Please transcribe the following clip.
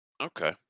Okay